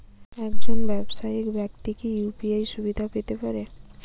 একজন ব্যাবসায়িক ব্যাক্তি কি ইউ.পি.আই সুবিধা পেতে পারে?